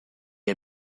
est